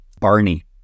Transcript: Barney